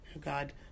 God